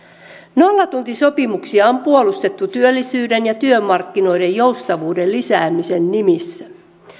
nollatuntisopimuksia on puolustettu työllisyyden ja työmarkkinoiden joustavuuden lisäämisen nimissä